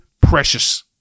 precious